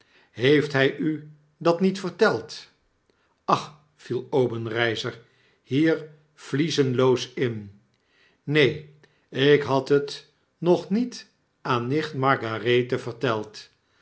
heeft hy u dat niet verteld ach viel obenreizer hier vliezenloos in neen ik had het nog niet aan nicht margarethe verteld